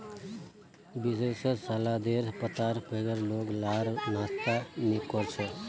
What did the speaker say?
विदेशत सलादेर पत्तार बगैर लोग लार नाश्ता नि कोर छे